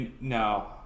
No